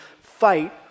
fight